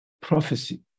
prophecy